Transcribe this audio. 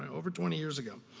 over twenty years ago.